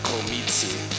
Committee